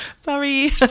Sorry